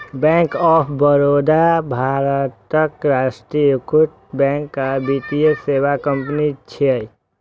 bank of Baroda भारतक राष्ट्रीयकृत bank आ वित्तीय सेवा कंपनी छियै